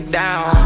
down